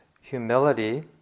humility